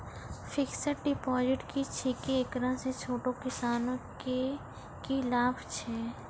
Fixed deposit की छिकै, एकरा से छोटो किसानों के की लाभ छै?